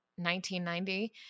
1990